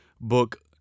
book